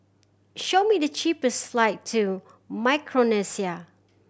show me the cheapest flight to Micronesia